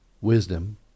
wisdom